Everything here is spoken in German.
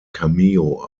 cameo